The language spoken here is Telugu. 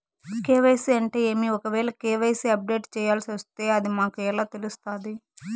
కె.వై.సి అంటే ఏమి? ఒకవేల కె.వై.సి అప్డేట్ చేయాల్సొస్తే అది మాకు ఎలా తెలుస్తాది?